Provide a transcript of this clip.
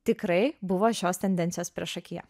tikrai buvo šios tendencijos priešakyje